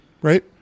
Right